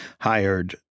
hired